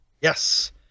Yes